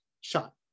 shot